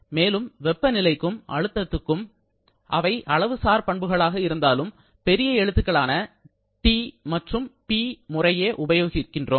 மேலும் வெப்ப நிலைக்கும் அழுத்தத்திற்கும் வெப்ப நிலைக்கும் அவை அளவு சாரா பண்புகளாக இருந்தாலும் பெரிய எழுத்துக்களான 'T' மற்றும் 'P' முறையே உபயோகிக்கின்றோம்